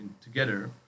together